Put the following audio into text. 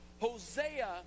Hosea